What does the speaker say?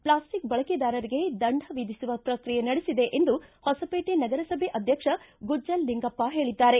plastic ಬಳಕೆದಾರರಿಗೆ ದಂಡ ವಿಧಿಸುವ ಪ್ರಕ್ರಿಯೆ ನಡೆಸಿದೆ ಎಂದು ಹೊಸಪೇಟೆ ನಗರಸಭೆ ಅಧ್ಯಕ್ಷ ಗುಜ್ಜಲ ನಿಂಗಪ್ಪ ಹೇಳಿದ್ದಾರೆ